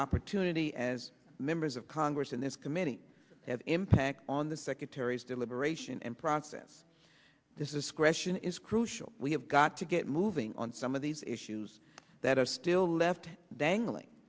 opportunity as members of congress in this committee have impact on the secretary's deliberation and process this is question is crucial we have got to get moving on some of these issues that are still left dangling